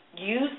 use